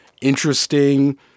interesting